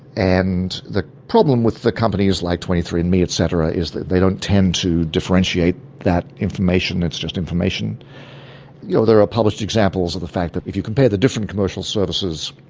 and the problem with the companies like twenty three and andme, et cetera, is that they don't tend to differentiate that information it's just information. you know, there are published examples of the fact that if you compare the different commercial services,